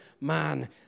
man